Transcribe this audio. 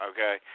Okay